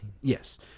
Yes